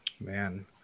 Man